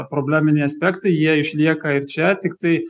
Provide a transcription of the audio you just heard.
probleminiai aspektai jie išlieka ir čia tiktai